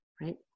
right